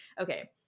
okay